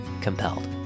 COMPELLED